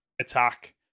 attack